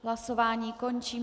Hlasování končím.